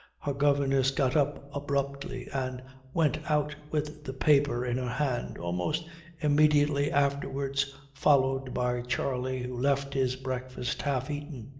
her governess got up abruptly and went out with the paper in her hand, almost immediately afterwards followed by charley who left his breakfast half eaten,